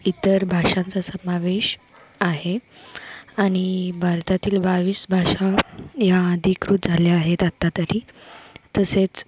इतर भाषांचा समावेश आहे आणि भारतातील बावीस भाषा या अधिकृत झाल्या आहेत आत्ता तरी तसेच